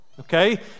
Okay